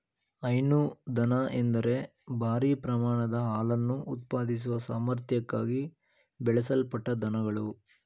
ಹೈನು ದನ ಎಂದರೆ ಭಾರೀ ಪ್ರಮಾಣದ ಹಾಲನ್ನು ಉತ್ಪಾದಿಸುವ ಸಾಮರ್ಥ್ಯಕ್ಕಾಗಿ ಬೆಳೆಸಲ್ಪಟ್ಟ ದನಗಳು